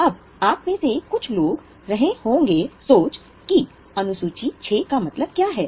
अब आप में से कुछ सोच रहे होंगे कि अनु सूची VI का मतलब क्या है